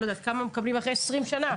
כמה מקבלים אחרי 20 שנה?